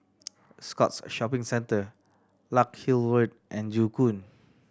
Scotts Shopping Centre Larkhill Road and Joo Koon